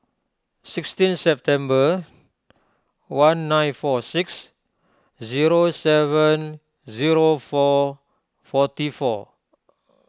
sixteen September one nine four six zero seven zero four forty four